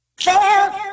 fail